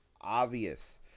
obvious